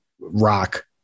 rock